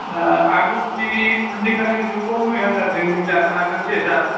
आजिखालि आजिखालि जुगाव नय हाजारजों जानो हागोनसे सार